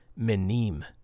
menim